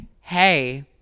hey